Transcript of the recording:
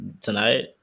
tonight